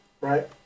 right